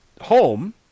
home